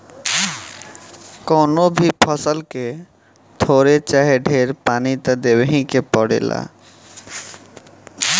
कवनो भी फसल के थोर चाहे ढेर पानी त देबही के पड़ेला